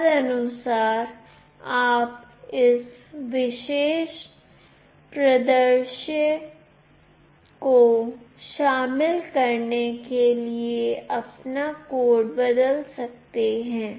तदनुसार आप इस विशेष परिदृश्य को शामिल करने के लिए अपना कोड बदल सकते हैं